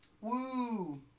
woo